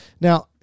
Now